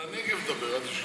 מיקי, על הנגב דבר, אל תשכח.